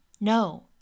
no